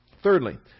thirdly